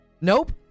Nope